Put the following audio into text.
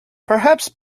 perhaps